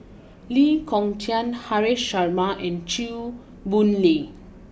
Lee Kong Chian Haresh Sharma and Chew Boon Lay